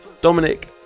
Dominic